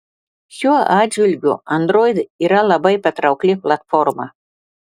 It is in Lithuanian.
šiuo atžvilgiu android yra labai patraukli platforma